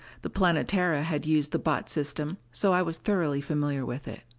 the planetara had used the botz system, so i was thoroughly familiar with it.